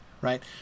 right